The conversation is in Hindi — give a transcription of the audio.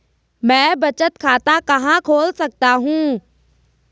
मैं बचत खाता कहां खोल सकता हूँ?